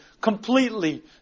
completely